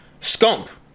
Scump